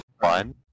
fun